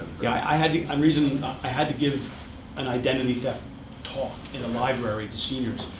yeah i had to i'm reasoning i had to give an identity theft talk, in a library, to seniors.